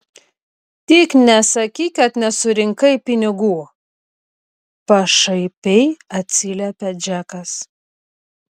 tik nesakyk kad nesurinkai pinigų pašaipiai atsiliepia džekas